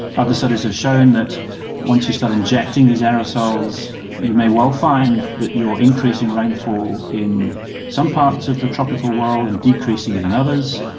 other studies have shown that once you start injecting these aerosols you may well find that you're increasing rainfall in some parts of the tropical world and decreasing it in and others.